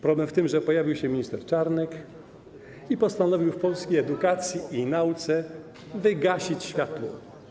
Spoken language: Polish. Problem w tym, że pojawił się minister Czarnek i postanowił w polskiej edukacji i nauce wygasić światło.